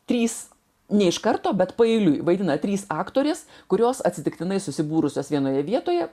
trys ne iš karto bet paeiliui vaidina trys aktorės kurios atsitiktinai susibūrusios vienoje vietoje